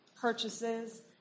purchases